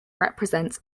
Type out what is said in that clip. represents